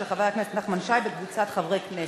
של חבר הכנסת נחמן שי וקבוצת חברי הכנסת.